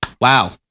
Wow